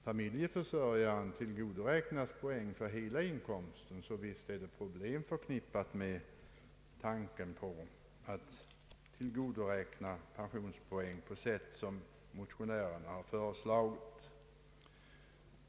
Familjeförsörjaren har i regel tillgodoräknats poäng för hela inkomsten. Det är således problem förknippade med tanken på att tillgodoräkna pensionspoäng på det sätt som motionärerna har föreslagit.